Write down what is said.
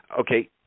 Okay